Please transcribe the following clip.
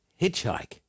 hitchhike